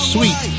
Sweet